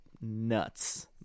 nuts